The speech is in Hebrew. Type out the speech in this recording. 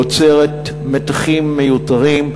יוצרת מתחים מיותרים,